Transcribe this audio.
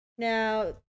Now